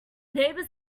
neighbour